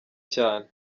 cyane